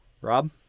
Rob